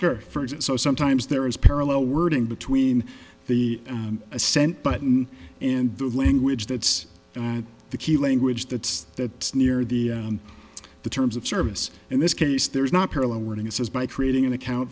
here so sometimes there is parallel wording between the assent button and the language that's the key language that's that near the the terms of service in this case there is not parallel wording it says by creating an account